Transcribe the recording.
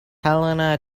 helena